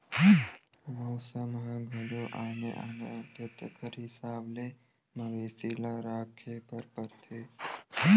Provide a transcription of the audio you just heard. मउसम ह घलो आने आने होथे तेखर हिसाब ले मवेशी ल राखे बर परथे